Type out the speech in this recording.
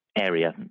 area